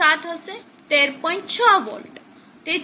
7 હશે 13